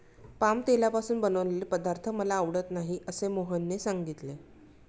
palm तेलापासून बनवलेले पदार्थ मला आवडत नाहीत असे मोहनने सांगितले